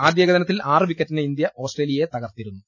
ആദ്യ ഏകദിന ത്തിൽ ആറുവിക്കറ്റിന് ഇന്ത്യ ഓസ്ട്രേലിയയെ തകർത്തിരു ന്നു